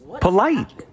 Polite